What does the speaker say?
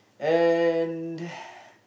and